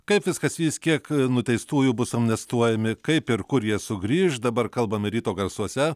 kaip viskas vys kiek nuteistųjų bus amnestuojami kaip ir kur jie sugrįš dabar kalbame ryto garsuose